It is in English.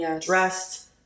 dressed